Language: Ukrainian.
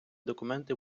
документи